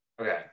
Okay